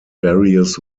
various